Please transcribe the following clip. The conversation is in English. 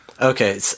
Okay